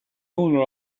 owner